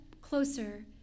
closer